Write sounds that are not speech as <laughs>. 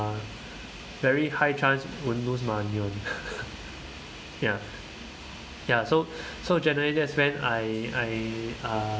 uh very high chance won't lose money one <laughs> ya ya so so generally that's when I I uh